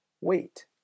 wait